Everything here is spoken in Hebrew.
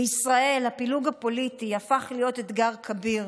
בישראל הפילוג הפוליטי הפך להיות אתגר כביר